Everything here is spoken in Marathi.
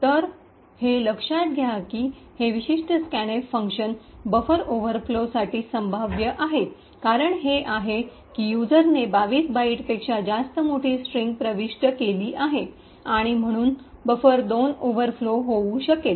तर हे लक्षात घ्या की हे विशिष्ट स्कॅनएफ फंक्शन बफर ओव्हरफ्लोसाठी संभाव्य आहे कारण हे आहे की युजरने २२ बाइटपेक्षा जास्त मोठी स्ट्रिंग प्रविष्ट केली आहे आणि म्हणून बफर२ ओव्हरफ्लो होऊ शकेल